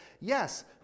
yes